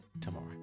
tomorrow